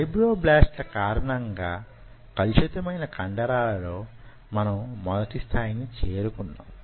fibroblast ల కారణంగా కలుషితమైన కండరాలతో మనం మొదటి స్థాయిని చేరుకున్నాం